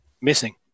missing